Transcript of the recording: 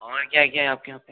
और क्या क्या है आपके यहाँ पे